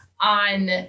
on